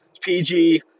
PG